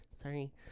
sorry